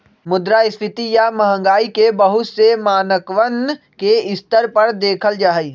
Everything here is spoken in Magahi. मुद्रास्फीती या महंगाई के बहुत से मानकवन के स्तर पर देखल जाहई